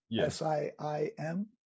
S-I-I-M